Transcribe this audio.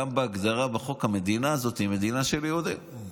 גם בהגדרה בחוק, המדינה הזו היא מדינה של יהודים,